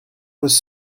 was